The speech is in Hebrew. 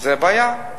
זה בעיה.